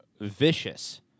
vicious